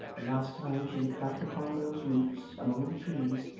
the last time she looked back upon those roofs among the trees,